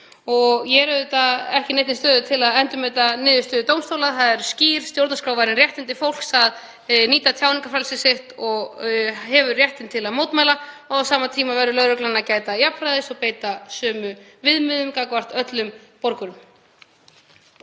Ég er auðvitað ekki í neinni stöðu til að endurmeta niðurstöðu dómstóla. Það eru skýr stjórnarskrárvarin réttindi fólks að nýta tjáningarfrelsi sitt og það hefur réttinn til að mótmæla og á sama tíma verður lögreglan að gæta jafnræðis og beita sömu viðmiðum gagnvart öllum borgurum.